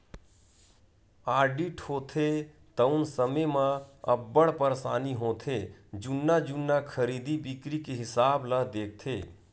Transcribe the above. audit होथे तउन समे म अब्बड़ परसानी होथे जुन्ना जुन्ना खरीदी बिक्री के हिसाब ल देखथे